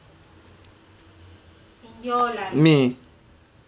me